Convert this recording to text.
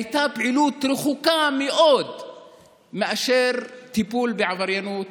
הייתה פעילות רחוקה מאוד מטיפול בעבריינות.